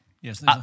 Yes